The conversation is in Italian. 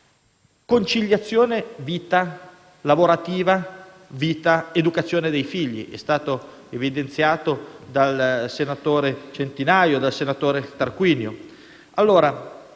conciliazione tra vita lavorativa ed educazione dei figli è stato evidenziato dai senatori Centinaio e Tarquinio.